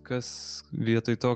kas vietoj to